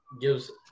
gives